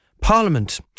Parliament